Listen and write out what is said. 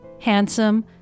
handsome